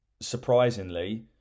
surprisingly